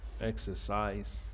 exercise